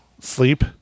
Sleep